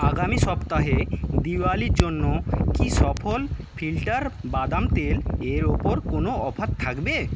আগামি সপ্তাহে দিওয়ালির জন্য কি সফল ফিল্টার বাদাম তেল এর ওপর কোনো অফার থাকবে